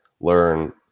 learn